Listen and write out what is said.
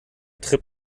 trip